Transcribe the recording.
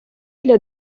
для